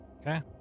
Okay